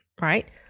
right